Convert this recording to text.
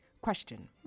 Question